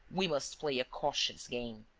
we must play a cautious game.